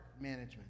management